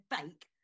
fake